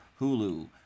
Hulu